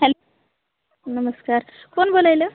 hello नमस्कार कोण बोलायलं